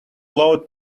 low